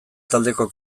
taldeko